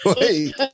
Wait